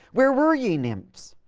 where were ye nymphs,